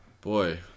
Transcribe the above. boy